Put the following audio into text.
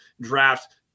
draft